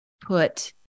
put